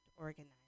organize